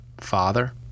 Father